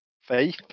faith